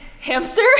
Hamster